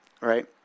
Right